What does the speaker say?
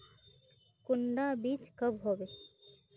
कुंडा बीज कब होबे?